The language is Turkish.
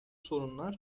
sorunlar